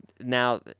Now